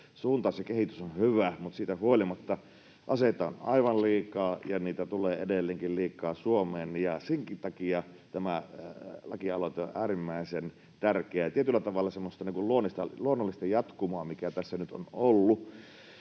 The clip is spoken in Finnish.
suuntaus ja kehitys ovat hyviä, mutta siitä huolimatta aseita on aivan liikaa ja niitä tulee edelleenkin liikaa Suomeen. Senkin takia tämä lakialoite on äärimmäisen tärkeä ja tietyllä tavalla semmoista luonnollista jatkumoa siihen nähden, mikä tässä nyt on ollut,